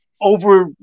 over